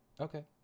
Okay